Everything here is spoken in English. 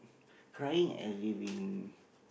crying